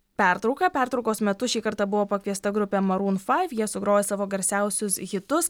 pertrauką pertraukos metu šį kartą buvo pakviesta grupė marūn faiv sugrojo savo garsiausius hitus